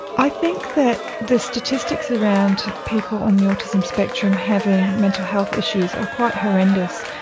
i think that the statistics around people on the autism spectrum having mental health issues are quite horrendous,